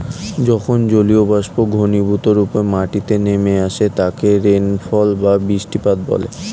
যখন জলীয়বাষ্প ঘনীভূতরূপে মাটিতে নেমে আসে তাকে রেনফল বা বৃষ্টিপাত বলে